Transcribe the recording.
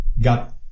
got